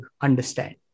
understand